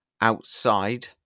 outside